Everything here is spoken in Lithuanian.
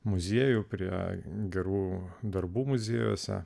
muziejų prie gerų darbų muziejuose